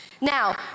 Now